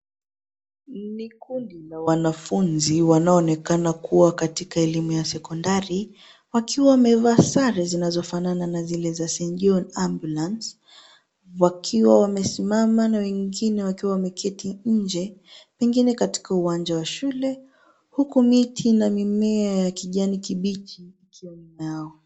Ni kundi la wanafunzi wanaoonekana kuwa katika elimu ya sekondari wakiwa wamevaa sare zinazofanana na zile za St. John Ambulance wakiwa wamesimama na wengine wakiwa wameketi nje, pengine katika uwanja wa shule huku miti na mimea ya kijani kibichi ikiwa nyuma yao.